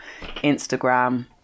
Instagram